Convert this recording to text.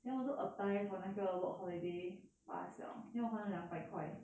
then 我就 apply for 那个 work holiday pass 了 then 我还了两百块